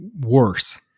worse